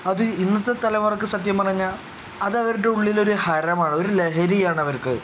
അത് ഇന്നത്തെ തലമുറയ്ക്ക് സത്യം പറഞ്ഞാൽ അത് അവരുടെ ഉള്ളിലൊരു ഹരമാണ് ഒരു ലഹരിയാണ് അവർക്ക്